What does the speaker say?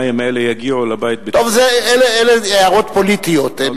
המים האלה יגיעו לבית, אלה הערות פוליטיות.